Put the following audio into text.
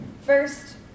First